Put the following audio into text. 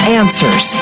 answers